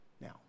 Now